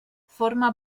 forma